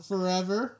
Forever